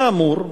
כאמור,